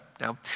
Now